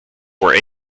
were